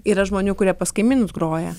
yra žmonių kurie pas kaimynus groja